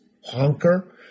honker